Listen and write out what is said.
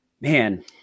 Man